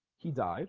he died